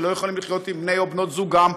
שלא יכולים לחיות עם בני או בנות זוגם,